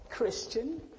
christian